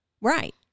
Right